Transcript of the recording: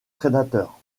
prédateurs